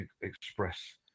express